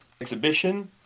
exhibition